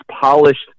polished